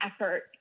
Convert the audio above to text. effort